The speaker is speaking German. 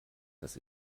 das